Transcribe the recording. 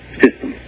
system